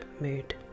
mood